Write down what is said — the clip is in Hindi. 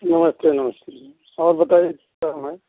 नमस्ते नमस्ते जी और बताइए क्या काम है